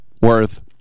worth